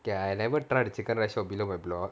okay I never try the chicken rice stall below my block